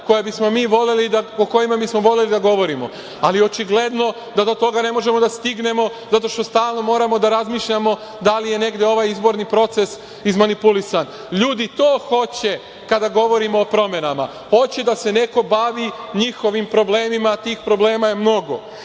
kojima bismo voleli da govorimo. Ali očigledno da do toga ne možemo da stignemo, zato što stalno moramo da razmišljamo da li je negde ovaj izborni proces izmanipulisan. Ljudi to hoće kada govorimo o promenama, hoće da se neko bavi njihovim problemima, a tih problema je mnogo.